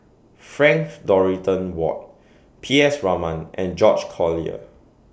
Frank Dorrington Ward P S Raman and George Collyer